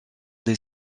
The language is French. des